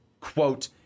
quote